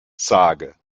sage